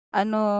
ano